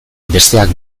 besteak